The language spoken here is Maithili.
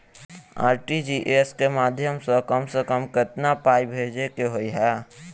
आर.टी.जी.एस केँ माध्यम सँ कम सऽ कम केतना पाय भेजे केँ होइ हय?